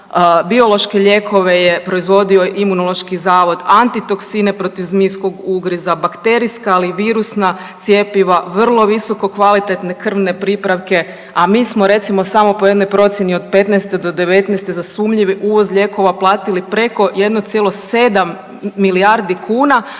Imunobiološke lijekove je proizvodio Imunološki zavod, antitoksine protiv zmijskog ugriza, bakterijska ali i virusna cjepiva, vrlo visoko kvalitetne krvne pripravke, a mi smo recimo samo po jednoj procjeni od '15. do '19. za sumnjivi uvoz lijekova platili preko 1,7 milijardi kuna,